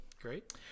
Great